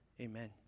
amen